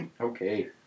Okay